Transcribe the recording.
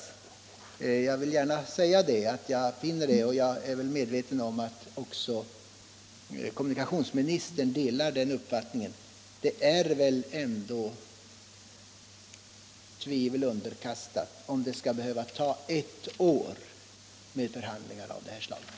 Jag vill gärna påpeka detta och jag är medveten om att även kommunikationsministern delar den uppfattningen. Det är väl ändå tvivel underkastat om förhandlingar av det här slaget skall behöva ta ett helt år.